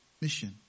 mission